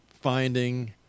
finding